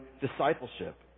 discipleship